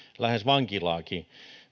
lähes vankilaankin